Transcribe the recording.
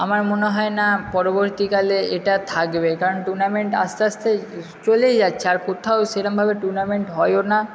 আমার মনে হয় না পরবর্তীকালে এটা থাকবে কারণ টুর্নামেন্ট আস্তে আস্তে চলেই যাচ্ছে আর কোথাও সেরমভাবে টুর্নামেন্ট হয়ও না